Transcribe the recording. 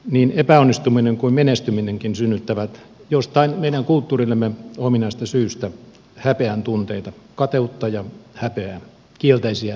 niin epäonnistuminen kuin menestyminenkin synnyttävät jostain meidän kulttuurillemme ominaisesta syystä häpeän tunteita kateutta ja häpeää kielteisiä tunteita